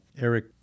Eric